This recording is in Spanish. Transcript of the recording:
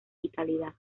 vitalidad